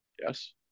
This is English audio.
Yes